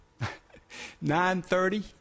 9.30